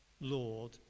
Lord